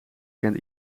kent